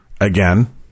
again